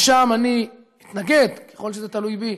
ושם אני מתנגד, ככל שזה יהיה תלוי בי,